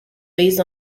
based